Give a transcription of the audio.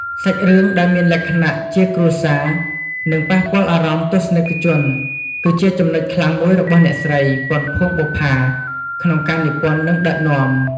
សាច់រឿងដែលមានលក្ខណៈជាគ្រួសារ និងប៉ះពាល់អារម្មណ៍ទស្សនិកជន គឺជាចំណុចខ្លាំងមួយរបស់អ្នកស្រី ពាន់ ភួងបុប្ផា ក្នុងការនិពន្ធ និងដឹកនាំ។